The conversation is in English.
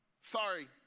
Sorry